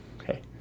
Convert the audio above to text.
okay